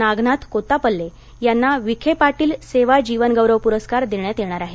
नागनाथ कोत्तापल्ले यांना विखे पाटील सेवा जीवनगौरव पुरस्कार देण्यात येणार आहे